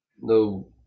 no